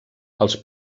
els